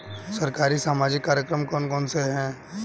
सरकारी सामाजिक कार्यक्रम कौन कौन से हैं?